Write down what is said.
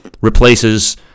replaces